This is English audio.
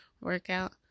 workout